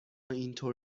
اینطور